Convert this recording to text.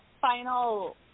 final